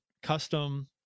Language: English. Custom